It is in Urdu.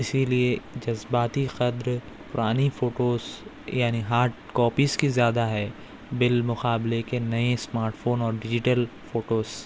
اسی لیے جذباتی قدر پرانی فوٹوز یعنی ہاڈ کاپیز کی زیادہ ہے بالمقابلے کہ نئے اسمارٹ فون اور ڈیجیٹل فوٹوز